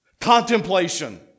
Contemplation